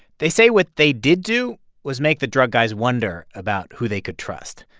they say what they did do was make the drug guys wonder about who they could trust.